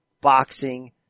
boxing